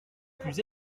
plus